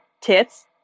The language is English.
tits